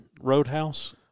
Roadhouse